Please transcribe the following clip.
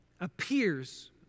appears